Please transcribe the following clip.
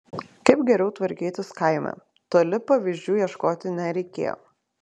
kaip geriau tvarkytis kaime toli pavyzdžių ieškoti nereikėjo